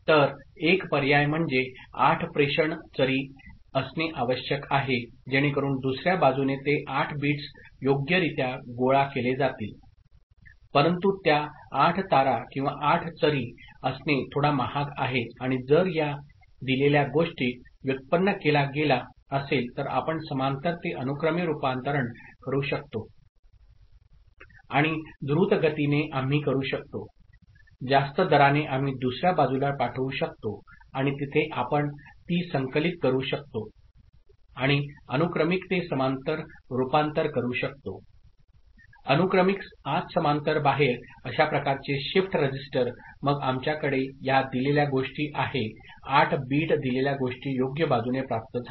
तर एक पर्याय म्हणजे 8 प्रेषण चरी असणे आवश्यक आहे जेणेकरून दुसर्या बाजूने ते 8 बिट्स योग्यरित्या गोळा केले जातील परंतु त्या 8 तारा किंवा 8 चरी असणे थोडा महाग आहे आणि जर ह्या दिलेल्या गोष्टी व्युत्पन्न केला गेला असेल तर आपण समांतर ते अनुक्रमे रूपांतरण करू शकतो आणि द्रुतगतीने आम्ही करू शकतो जास्त दराने आम्ही दुसर्या बाजुला पाठवू शकतो आणि तेथे आपण ती संकलित करू शकतो आणि अनुक्रमिक ते समांतर रुपांतर करू शकतो अनुक्रमिक आत समांतर बाहेर अशा प्रकारचे शिफ्ट रजिस्टर मग आमच्याकडे ह्या दिलेल्या गोष्टी आहे 8 बीट दिलेल्या गोष्टी योग्य बाजूने प्राप्त झाला